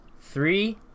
Three